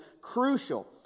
crucial